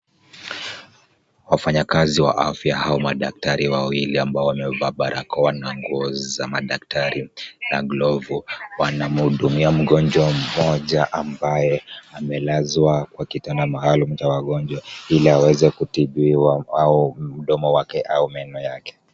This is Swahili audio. Wafanyakazi wa afya ama madaktari wawili ambao wamevaa barakoa na nguo za madaktari na glovu wanamhudumia mgonjwa mmoja ambaye amelazwa kwa kitanda maalum cha wagonjwa ili aweze kutibiwa au mdomo wake au meno yake.